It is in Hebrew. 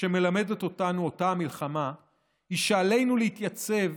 שמלמדת אותנו אותה מלחמה הוא שעלינו להתייצב